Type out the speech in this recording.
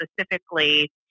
specifically